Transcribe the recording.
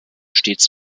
stets